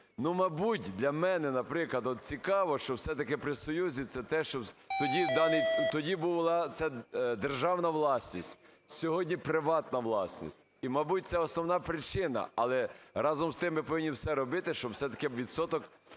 Ну, мабуть, для мене, наприклад, от цікаво, що все-таки при Союзі - це те, що… тоді була це державна власність, сьогодні приватна власність. І, мабуть, це основна причина. Але, разом з тим, ми повинні все робити, щоб все-таки відсоток